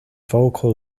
vocal